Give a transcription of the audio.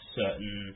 certain